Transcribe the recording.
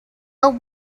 but